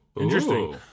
Interesting